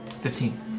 fifteen